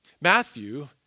Matthew